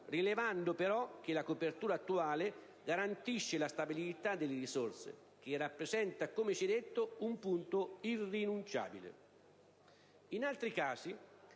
rilevando però che la copertura attuale garantisce la stabilità delle risorse, che rappresenta - come si è detto - un punto irrinunciabile. In altri casi,